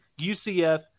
UCF